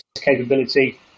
capability